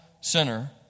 sinner